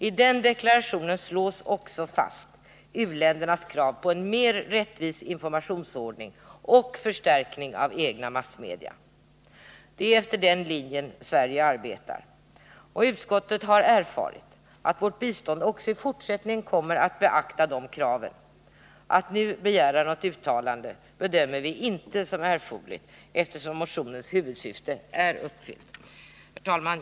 I den deklarationen slås också fast u-ländernas krav på en mer rättvis informationsordning och förstärkning av egna massmedia. Det är efter den linjen som Sverige arbetar. Utskottet har erfarit att vi i vår biståndspolitik också i fortsättningen kommer att beakta dessa krav. Att nu begära något uttalande bedömer vi inte som erforderligt, eftersom motionens huvudsyfte är tillgodosett. Herr talman!